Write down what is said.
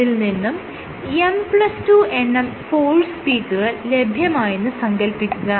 അതിൽ നിന്നും M2 എണ്ണം ഫോഴ്സ് പീക്കുകൾ ലഭ്യമായെന്ന് സങ്കൽപ്പിക്കുക